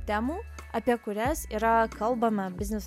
temų apie kurias yra kalbama biznis